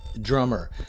drummer